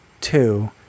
two